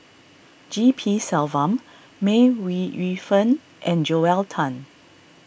G P Selvam May Ooi Yu Fen and Joel Tan